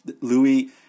Louis